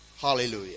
Hallelujah